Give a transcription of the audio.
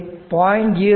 இங்கு 0